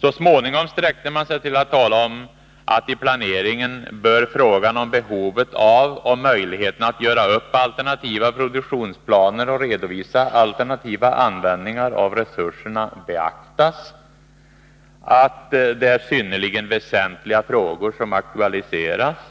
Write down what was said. Så småningom sträckte man sig till att tala om att i planeringen ”bör frågan om behovet av och möjligheterna att göra upp alternativa produktionsplaner och redovisa alternativa användningar av resurserna beaktas”, att ”det är synnerligen väsentliga frågor som aktualiseras” —